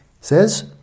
says